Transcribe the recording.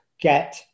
get